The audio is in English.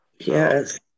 Yes